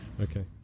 okay